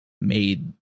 made